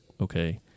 okay